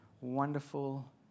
wonderful